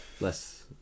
Less